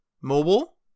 Mobile